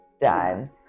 done